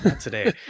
today